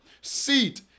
seat